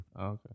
Okay